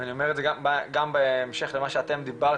ואני אומר את זה גם בהמשך למה שאתם דיברתם,